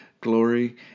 glory